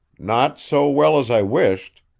not so well as i wished.